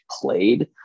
played